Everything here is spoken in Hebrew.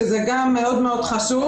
שזה גם מאוד מאוד חשוב.